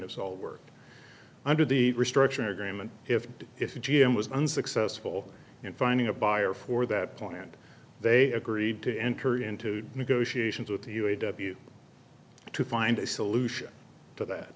fs all work under the restructuring agreement if if a g m was unsuccessful in finding a buyer for that plant they agreed to enter into negotiations with the u a w to find a solution to that